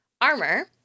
armor